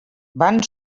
van